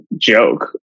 joke